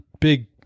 big